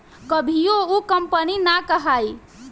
कभियो उ कंपनी ना कहाई